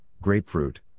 grapefruit